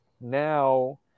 now